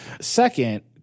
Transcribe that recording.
Second